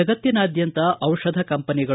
ಜಗತ್ತಿನಾದ್ಯಂತ ದಿಷಧ ಕಂಪನಿಗಳು